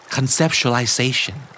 Conceptualization